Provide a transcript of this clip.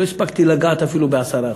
לא הספקתי לגעת אפילו ב-10%.